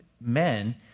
men